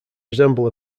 resemble